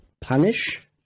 punish